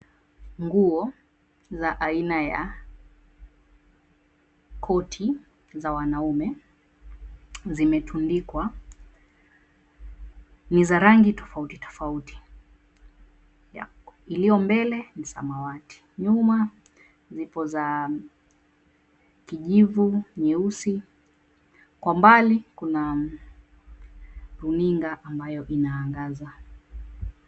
Nguo za aina ya koti za wanaume zimetundikwa, ni za rangi tofauti tofauti iliyo mbele ni samawati, nyuma vipo za kijivu, nyeusi, kwa mbali kuna runinga ambayo inaangaza.